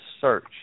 search